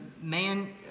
man